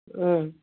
ꯎꯝ